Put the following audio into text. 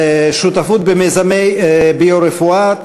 שותפות במיזמי ביו-רפואה,